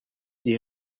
des